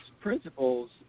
principles